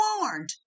warned